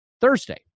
Thursday